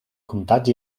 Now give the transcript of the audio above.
comtats